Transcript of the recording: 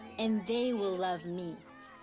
and they will love me.